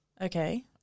Okay